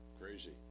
crazy